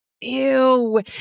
Ew